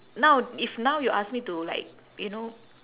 now if now you ask me to like you know